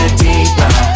deeper